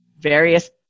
various